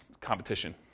competition